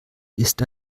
ist